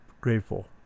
grateful